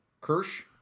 Kirsch